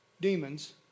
demons